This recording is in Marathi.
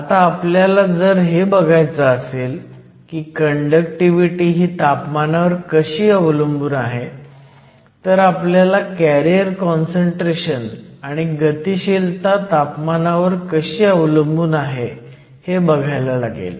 आता आपल्याला जर हे बघायचं असेल की कंडक्टिव्हिटी ही तापमानावर कशी अवलंबून आहे तर आपल्याला कॅरियर काँसंट्रेशन आणि गतिशीलता तापमानावर कशी अवलंबून आहे हे बघायला लागेल